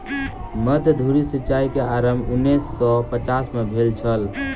मध्य धुरी सिचाई के आरम्भ उन्नैस सौ पचास में भेल छल